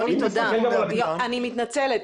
תודה אני מתנצלת.